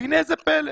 והנה זה פלא.